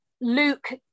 Luke